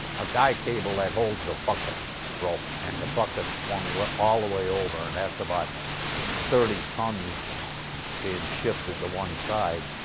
a guy cable that holds a bucket broke and the bucket swung all the way over and that's about thirty tons being shifted to one side.